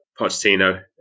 Pochettino